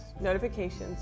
notifications